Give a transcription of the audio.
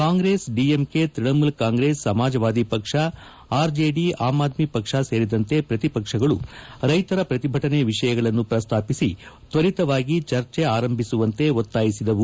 ಕಾಂಗ್ರೆಸ್ ಡಿಎಂಕೆ ತೃಣಮೂಲ ಕಾಂಗ್ರೆಸ್ ಸಮಾಜವಾದಿ ಪಕ್ಷ ಆರ್ಜೆಡಿ ಆಮ್ಆದ್ಮಿ ಪಕ್ಷ ಸೇರಿದಂತೆ ಪ್ರತಿಪಕ್ಷಗಳು ರೈತರ ಪ್ರತಿಭಟನೆ ವಿಷಯಗಳನ್ನು ಪ್ರಸ್ತಾಪಿಸಿ ತ್ವರಿತವಾಗಿ ಚರ್ಚೆ ಆರಂಭಿಸುವಂತೆ ಒತ್ತಾಯಿಸಿದವು